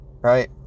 right